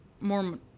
more